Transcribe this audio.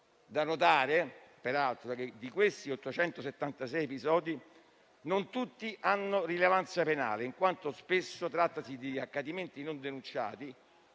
Da notare, peraltro, che di questi 876 episodi non tutti hanno rilevanza penale, in quanto spesso trattasi di accadimenti non denunciati